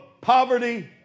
poverty